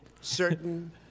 certain